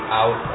out